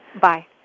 Bye